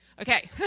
Okay